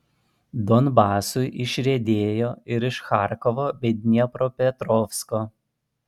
donbasui išriedėjo ir iš charkovo bei dniepropetrovsko